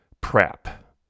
Prep